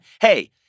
Hey